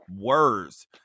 Words